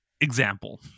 example